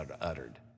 uttered